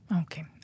Okay